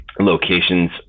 locations